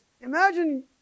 imagine